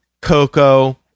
coco